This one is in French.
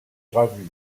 gravures